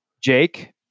Jake